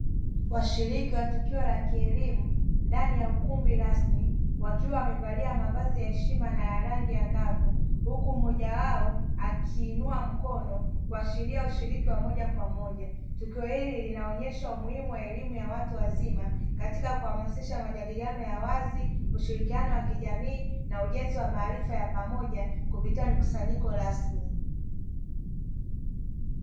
Washiriki wa tukio la kielimu ndani ya ukumbi rasmi, wakiwa wamevalia mavazi ya heshima na ya rangi angavu, huku mmoja wao akiinua mkono kuashiria ushiriki wa moja kwa moja. Tukio hili linaonyesha umuhimu wa elimu ya watu wazima, katika kuhamasisha majadiliano ya wazi, ushirikiano wa kijamii na ujenzi wa maarifa ya pamoja, kupitia mikusanyiko rasmi.